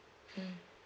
mm